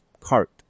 cart